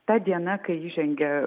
ta diena kai įžengė